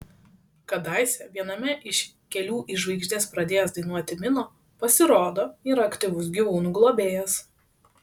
kadaise viename iš kelių į žvaigždes pradėjęs dainuoti mino pasirodo yra aktyvus gyvūnų globėjas